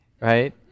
right